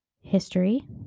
history